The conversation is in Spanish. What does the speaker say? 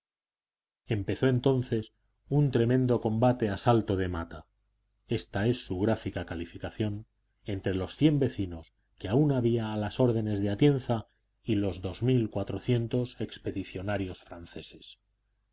empezó entonces un tremendo combate a salto de mata ésta es su gráfica calificación entre los cien vecinos que aún había a las órdenes de atienza y los dos mil cuatrocientos expedicionarios franceses